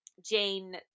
jane